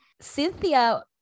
cynthia